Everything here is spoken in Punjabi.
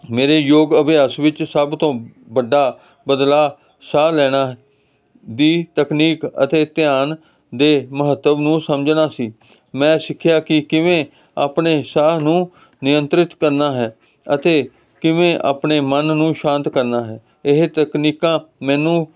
ਮੇਰੇ ਯੋਗ ਅਭਿਆਸ ਵਿੱਚ ਸਭ ਤੋਂ ਵੱਡਾ ਬਦਲਾਅ ਸਾਹ ਲੈਣ ਦੀ ਤਕਨੀਕ ਅਤੇ ਧਿਆਨ ਦੇ ਮਹੱਤਵ ਨੂੰ ਸਮਝਣਾ ਸੀ ਮੈਂ ਸਿੱਖਿਆ ਕਿ ਕਿਵੇਂ ਆਪਣੇ ਸਾਹ ਨੂੰ ਨਿਯੰਤਰਿਤ ਕਰਨਾ ਹੈ ਅਤੇ ਕਿਵੇਂ ਆਪਣੇ ਮਨ ਨੂੰ ਸ਼ਾਂਤ ਕਰਨਾ ਹੈ ਇਹ ਤਕਨੀਕਾਂ ਮੈਨੂੰ